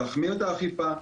להחמיר את האכיפה,